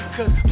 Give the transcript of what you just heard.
Cause